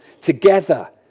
together